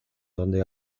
donde